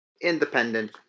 Independent